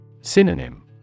Synonym